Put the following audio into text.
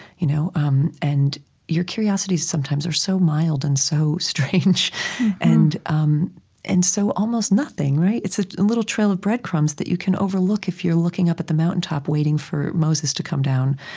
you know um and your curiosities, sometimes, are so mild and so strange and um and so, almost, nothing it's a little trail of breadcrumbs that you can overlook if you're looking up at the mountaintop, waiting for moses to come down